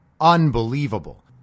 unbelievable